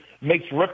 makes